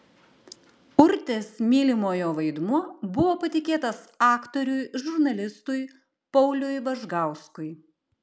urtės mylimojo vaidmuo buvo patikėtas aktoriui žurnalistui pauliui važgauskui